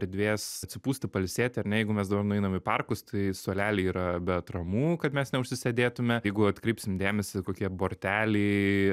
erdvės atsipūsti pailsėt ar ne jeigu mes dabar nueinam į parkus tai suoleliai yra be atramų kad mes neužsisėdėtume jeigu atkreipsim dėmesį kokie borteliai